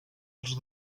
els